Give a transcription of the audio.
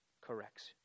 corrects